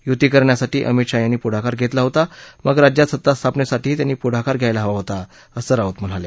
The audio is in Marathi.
युती करण्यासाठी अमित शहा यांनी पुढाकार घेतला होता मग राज्यात सत्ता स्थापनेसाठीही त्यांनी पुढाकार घ्यायला हवा होता असं राऊत म्हणाले